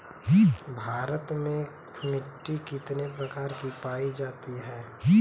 भारत में मिट्टी कितने प्रकार की पाई जाती हैं?